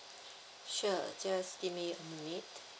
sure just give me a minute